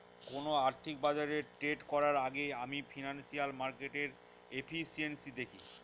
কোন আর্থিক বাজারে ট্রেড করার আগেই আমি ফিনান্সিয়াল মার্কেটের এফিসিয়েন্সি দেখি